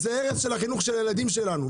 זה הרס החינוך של הילדים שלנו.